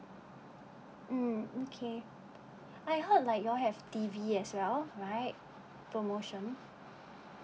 mm okay I heard like you all have T_V as well right promotion